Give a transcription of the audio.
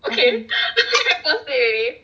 okay already